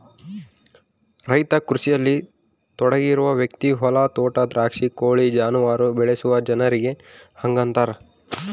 ರೈತ ಕೃಷಿಯಲ್ಲಿ ತೊಡಗಿರುವ ವ್ಯಕ್ತಿ ಹೊಲ ತೋಟ ದ್ರಾಕ್ಷಿ ಕೋಳಿ ಜಾನುವಾರು ಬೆಳೆಸುವ ಜನರಿಗೆ ಹಂಗಂತಾರ